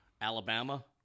Alabama